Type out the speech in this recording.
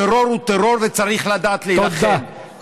טרור הוא טרור וצריך לדעת להילחם.